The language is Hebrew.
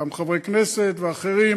גם חברי כנסת ואחרים,